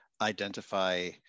identify